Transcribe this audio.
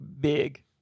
Big